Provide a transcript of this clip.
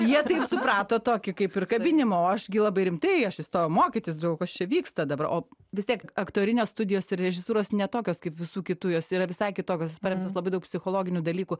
jie taip suprato tokį kaip ir kabinimą o aš gi labai rimtai aš įstojau mokytis galvoju kas čia vyksta dabar o vis tiek aktorinio studijos ir režisūros ne tokios kaip visų kitų jos yra visai kitokios jos paremtos labai daug psichologinių dalykų